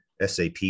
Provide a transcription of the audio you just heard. SAP